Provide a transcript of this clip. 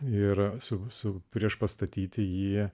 ir su priešpastatyti jį